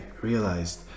realized